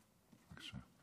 בבקשה.